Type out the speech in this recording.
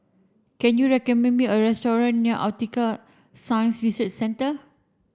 can you recommend me a restaurant near Aquatic Science Research Centre